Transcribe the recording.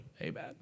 Amen